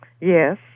Yes